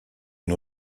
une